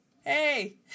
hey